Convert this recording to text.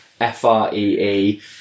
F-R-E-E